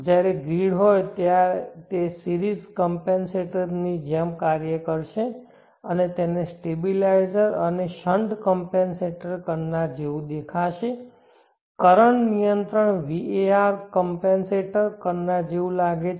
જ્યારે ગ્રીડ ત્યાં હોય ત્યારે તે સિરીઝકમપેનસેટરની જેમ કાર્ય કરશે અને તેને સ્ટેબિલાઇઝર અને શન્ટ કમપેનસેટર કરનાર જેવું દેખાશે કરંટ નિયંત્રણ VAR કમપેનસેટર કરનાર જેવું લાગે છે